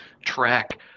track